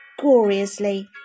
gloriously